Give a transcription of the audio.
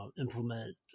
implement